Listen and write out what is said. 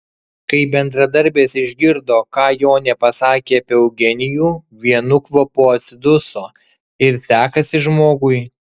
kai bendradarbės išgirdo ką jonė pasakė apie eugenijų vienu kvapu atsiduso ir sekasi žmogui